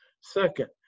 Second